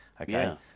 okay